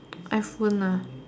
iPhone nah